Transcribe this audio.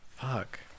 Fuck